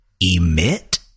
emit